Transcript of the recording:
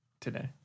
today